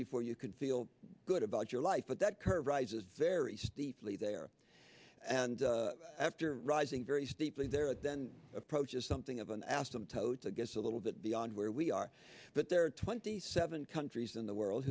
before you can feel good about your life but that curve rises very steeply there and after rising very steeply there and then approaches something of an asymptote that gets a little bit beyond where we are but there are twenty seven countries in the world